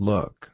Look